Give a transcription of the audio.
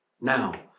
Now